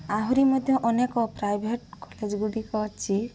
ଆହୁରି ମଧ୍ୟ ଅନେକ ପ୍ରାଇଭେଟ୍ କଲେଜ୍ ଗୁଡ଼ିକ ଅଛି